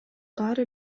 баары